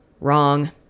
Wrong